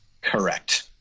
Correct